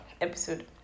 episode